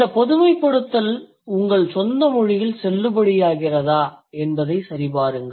இந்த பொதுமைப்படுத்தல் உங்கள் சொந்த மொழியில் செல்லுபடியாகிறதா என்பதை சரிபாருங்கள்